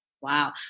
Wow